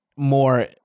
More